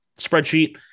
spreadsheet